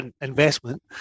investment